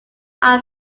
are